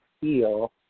feel